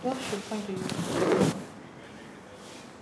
what's the point to you